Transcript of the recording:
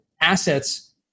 assets